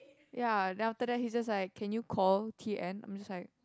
ya then after that he just like can you call T_N I'm just like